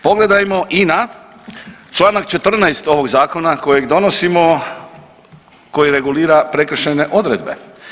Pogledajmo i na Članak 14. ovog zakona koji donosimo koji regulira prekršajne odredbe.